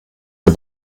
der